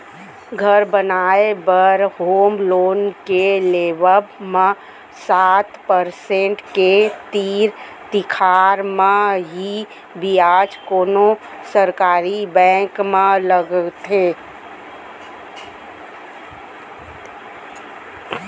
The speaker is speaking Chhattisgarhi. घर बनाए बर होम लोन के लेवब म सात परसेंट के तीर तिखार म ही बियाज कोनो सरकारी बेंक म लगथे